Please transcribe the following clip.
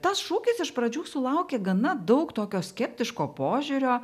tas šūkis iš pradžių sulaukė gana daug tokio skeptiško požiūrio